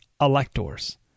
electors